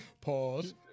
pause